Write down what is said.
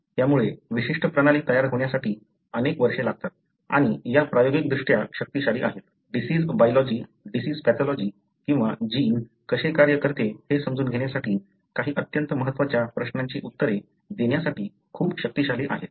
त्यामुळे विशिष्ट प्रणाली तयार होण्यासाठी अनेक वर्षे लागतात आणि या प्रायोगिकदृष्ट्या शक्तिशाली आहेत डिसिज बायोलॉजि डिसिज पॅथॉलॉजी किंवा जीन कसे कार्य करते हे समजून घेण्यासाठी काही अत्यंत महत्त्वाच्या प्रश्नांची उत्तरे देण्यासाठी खूप शक्तिशाली आहेत